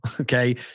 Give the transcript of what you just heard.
Okay